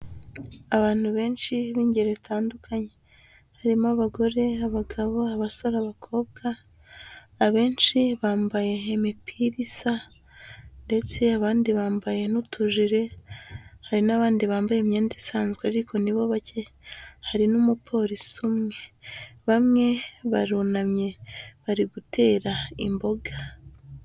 Abantu benshi b'ingeri zitandukanye harimo : abagore, abagabo, abasore, abakobwa; abenshi bambaye imipira isa ndetse abandi bambaye n'utujire; hari n'abandi bambaye imyenda isanzwe ariko nibo bake; hari n'umupolisi umwe, bamwe barunamye bari gutera imboga.